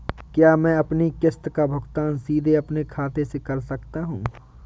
क्या मैं अपनी किश्त का भुगतान सीधे अपने खाते से कर सकता हूँ?